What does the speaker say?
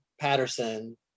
patterson